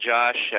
Josh